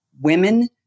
women